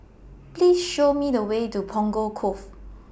Please Show Me The Way to Punggol Cove